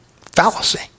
fallacy